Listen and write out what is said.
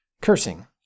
cursing